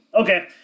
Okay